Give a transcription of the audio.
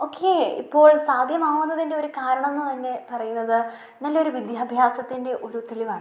ഒക്കെ ഇപ്പോൾ സാധ്യമാകുന്നതിൻ്റെ ഒരു കാരണമെന്നു തന്നെ പറയുന്നത് നല്ലൊരു വിദ്യാഭ്യാസത്തിൻ്റെ ഒരു തെളിവാണ്